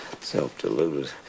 self-deluded